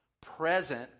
present